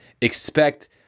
expect